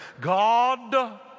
God